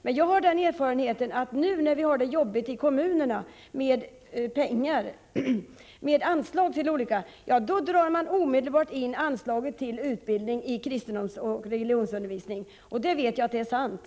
Jag har dock den erfarenheten att man nu, när kommunerna har det jobbigt med att få pengar till olika anslag, omedelbart drar in anslagen till utbildning i kristendomsoch annan religionsundervisning. Jag vet att det är sant.